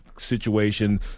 situation